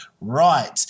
right